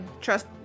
trust